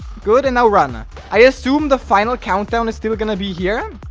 good, and now ronna i assume the final countdown is still gonna be here